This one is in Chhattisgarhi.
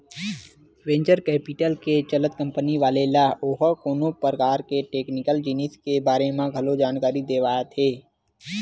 वेंचर कैपिटल के चलत कंपनी वाले ल ओहा कोनो परकार के टेक्निकल जिनिस के बारे म घलो जानकारी देवाथे